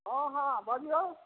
हँ हँ बजियौ